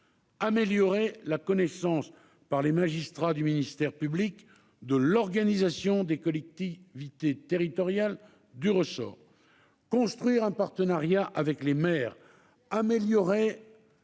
améliorer la connaissance par les magistrats du ministère public de l'organisation des collectivités territoriales du ressort ; construire un partenariat avec les maires ; améliorer